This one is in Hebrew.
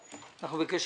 תודה.